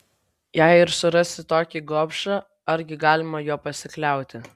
jei ir surasi tokį gobšą argi galima juo pasikliauti